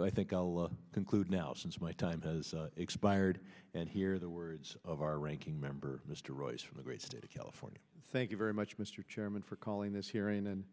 thought i think i'll conclude now since my time has expired and hear the words of our ranking member mr royce from the great state of california thank you very much mr chairman for calling this hearing and